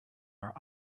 are